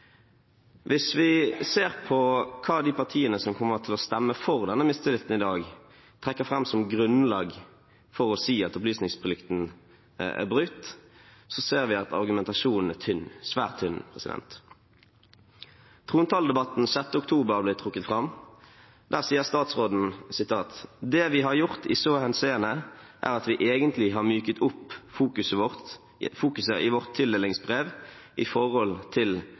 Hvis vi ser på hva de partiene som kommer til å stemme for denne mistilliten i dag, trekker fram som grunnlag for å si at opplysningsplikten er brutt, ser vi at argumentasjonen er tynn – svært tynn. Trontaledebatten 6. oktober ble trukket fram. Der sier statsråden at «det vi har gjort i så henseende, er at vi egentlig har myket opp fokuset i vårt tildelingsbrev i forhold til